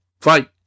fight